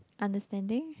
understanding